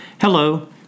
Hello